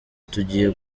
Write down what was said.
tugiye